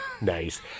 Nice